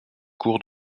cours